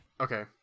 Okay